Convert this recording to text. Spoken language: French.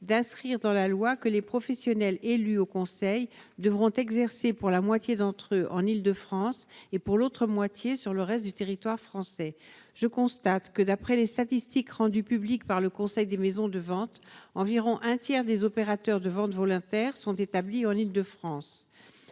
d'inscrire dans la loi que les professionnels, élu au conseil devront exercer pour la moitié d'entre eux en Île-de-France et pour l'autre moitié sur le reste du territoire français, je constate que, d'après les statistiques rendues publiques par le Conseil des maisons de vente environ un tiers des opérateurs de ventes volontaires sont établis en Île-de-France